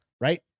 Right